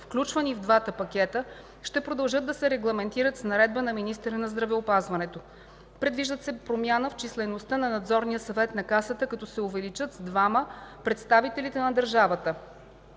включвани в двата пакета, ще продължат да се регламентират с наредба на министъра на здравеопазването. Предвиждат се промяна в числеността на Надзорния съвет на Касата, като се увеличават с двама представителите на държавата,